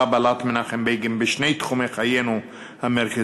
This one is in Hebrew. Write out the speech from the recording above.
בלט מנחם בגין בשני תחומי חיינו המרכזיים,